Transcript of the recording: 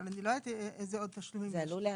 אבל אני לא יודעת איזה עוד תשלומים --- זה עלול לעכב.